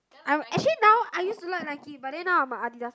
I'm actually now I use to like Nike but then now I'm like Adidas